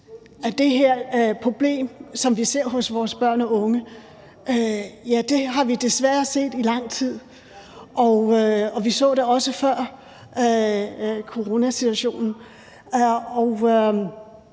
det her problem, som vi ser hos vores børn og unge. Det har vi desværre set i lang tid, og vi så det også før coronasituationen.